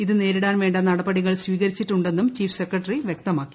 ഇത് നേരിടാൻ വേണ്ട നടപടികൾ സ്വീകരിച്ചിട്ടുണ്ടെന്നും ചീഫ് സെക്രട്ടറി വ്യക്തമാക്കി